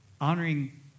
honoring